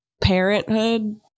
parenthood